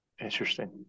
Interesting